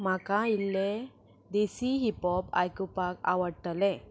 म्हाका इल्लें देसी हिपहॉप आयकुपाक आवडटलें